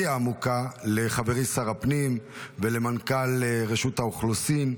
העמוקה לחברי שר הפנים ולמנכ"ל רשות האוכלוסין,